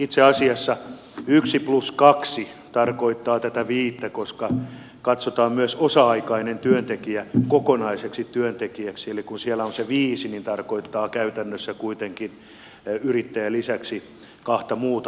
itse asiassa yksi plus kaksi tarkoittaa tätä viittä koska myös osa aikainen työntekijä katsotaan kokonaiseksi työntekijäksi eli kun siellä on se viisi niin se tarkoittaa käytännössä kuitenkin yrittäjän lisäksi kahta muuta henkilöä